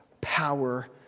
power